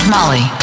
Molly